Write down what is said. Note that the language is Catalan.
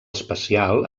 espacial